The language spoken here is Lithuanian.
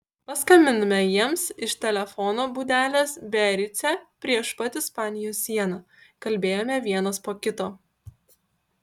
paskambinome jiems iš telefono būdelės biarice prieš pat ispanijos sieną kalbėjome vienas po kito